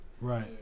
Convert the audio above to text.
Right